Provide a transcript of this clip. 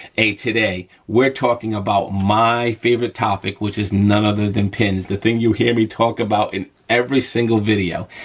today we are talking about my favorite topic, which is none other than pins, the thing you hear me talk about in every single video,